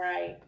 Right